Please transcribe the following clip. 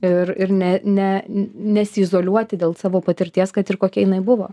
ir ir ne ne nesiizoliuoti dėl savo patirties kad ir kokia jinai buvo